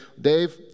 Dave